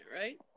right